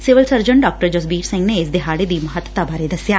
civil surgeon ਡਾ ਜਸਬੀਰ ਸਿੰਘ ਨੇ ਇਸ ਦਿਹਾੜੇ ਦੀ ਮਹੱਤਤਾ ਬਾਰੇ ਦਸਿਆ